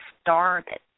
started